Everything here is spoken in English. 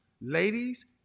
ladies